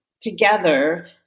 together